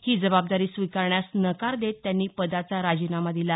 ही जबाबदारी स्वीकारण्यास नकार देत त्यांनी पदाचा राजीनामा दिला